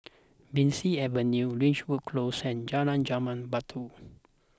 Bee San Avenue Ridgewood Close and Jalan Jambu Batu